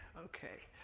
okay.